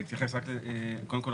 קודם כול,